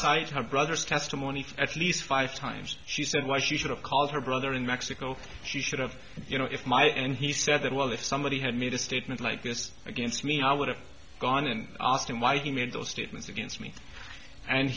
cites her brother's testimony at least five times she said why she should have called her brother in mexico she should have you know if my and he said well if somebody had made a statement like this against me i would have gone and asked him why he made those statements against me and